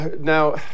Now